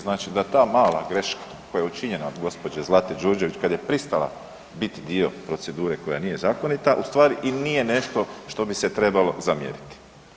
Znači da ta mala greška koja je učinjena od gospođe Zlate Đurđević kad je pristala biti dio procedure koja nije zakonita u stvari i nije nešto što bi se trebalo zamijeniti.